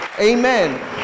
Amen